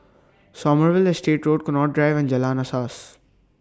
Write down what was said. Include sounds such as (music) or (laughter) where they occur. (noise) Sommerville Estate Road Connaught Drive and Jalan Asas